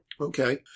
Okay